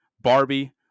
Barbie